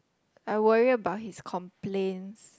I worry about his complaints